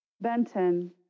Benton